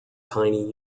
tiny